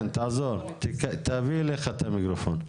כן, תעזור, תביא לך את המיקרופון.